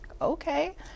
Okay